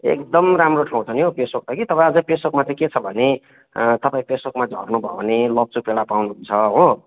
एकदम राम्रो ठाउँ छ नि हौ पेसोक त कि तपाईँ अझै पेसोकमा चाहिँ के छ भने तपाईँ पेसोकमा झर्नु भयो भने लप्चु पेडा पाउनुहुन्छ हो